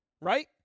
right